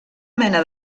mena